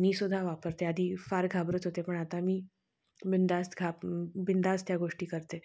मी सुद्धा वापरते आधी फार घाबरत होते पण आता मी बिंधास्त घा बिंधास्त त्या गोष्टी करते